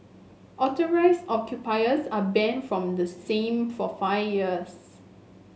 authorised occupiers are banned from the same for five years